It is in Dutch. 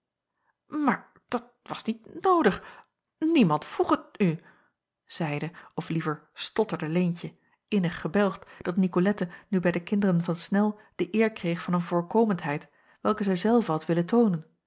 maar dat was niet noodig niemand vroeg het u zeide of liever stotterde leentje innig gebelgd dat nicolette nu bij de kinderen van snel de eer kreeg van een voorkomendheid welke zij zelve had willen toonen